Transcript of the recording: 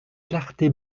clarté